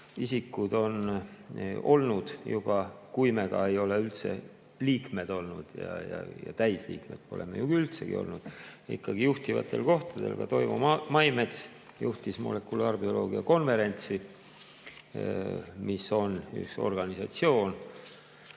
isikud on olnud, kui me ka ei ole üldse liikmed olnud – ja täisliikmed pole me ju üldsegi olnud –, ikkagi juhtivatel kohtadel. Toivo Maimets juhtis molekulaarbioloogia konverentsi, mis on üks organisatsioon,